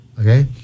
okay